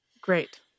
Great